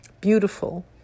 beautiful